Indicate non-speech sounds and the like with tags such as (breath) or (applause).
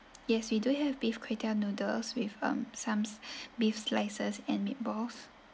yes we do have beef kway teow noodles with um some (breath) beef slices and meatballs